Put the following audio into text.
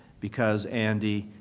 because andy,